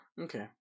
Okay